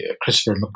Christopher